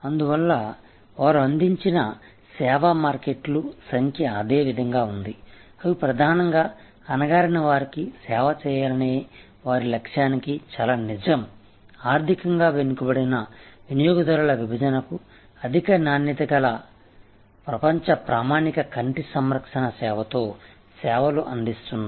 అందువల్ల వారు అందించిన సేవ మార్కెట్లు సంఖ్య అదే విధంగా ఉంది అవి ప్రధానంగా అణగారినవారికి సేవ చేయాలనే వారి లక్ష్యానికి చాలా నిజం ఆర్థికంగా వెనకబడిన వినియోగదారుల విభజనకు అధిక నాణ్యత గల ప్రపంచ ప్రామాణిక కంటి సంరక్షణ సేవతో సేవలు అందిస్తున్నాయి